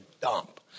dump